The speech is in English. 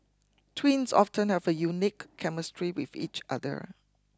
twins often have a unique chemistry with each other